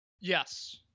Yes